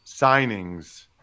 signings